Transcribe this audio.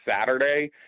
Saturday